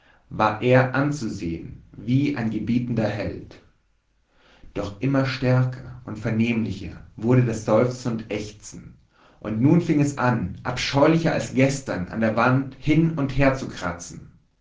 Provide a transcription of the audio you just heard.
war er anzusehen wie ein gebietender held doch immer stärker und vernehmlicher wurde das seufzen und ächzen und nun fing es an abscheulicher als gestern an der wand hin und her zu kratzen